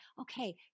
Okay